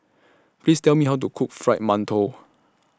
Please Tell Me How to Cook Fried mantou